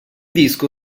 disco